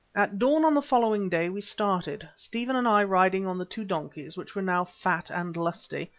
at dawn, on the following day, we started, stephen and i riding on the two donkeys, which were now fat and lusty,